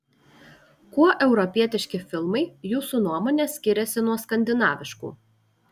kuo europietiški filmai jūsų nuomone skiriasi nuo skandinaviškų